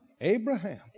Abraham